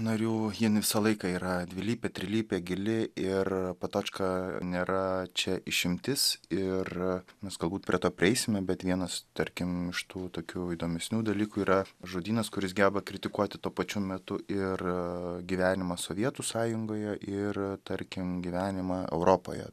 narių jin visą laiką yra dvilypė trilypė gili ir patočka nėra čia išimtis ir mes galbūt prie to prieisime bet vienas tarkim iš tų tokių įdomesnių dalykų yra žodynas kuris geba kritikuoti tuo pačiu metu ir gyvenimą sovietų sąjungoje ir tarkim gyvenimą europoje